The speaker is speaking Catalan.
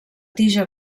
tija